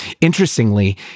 interestingly